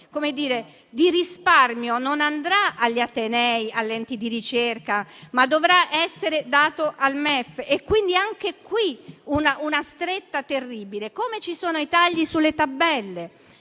cento di risparmio non andrà agli atenei e agli enti di ricerca, ma dovrà essere dato al MEF. Quindi, anche qui una stretta terribile. Così come ci sono i tagli sulle tabelle: